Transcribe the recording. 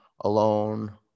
alone